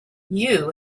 you